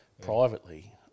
privately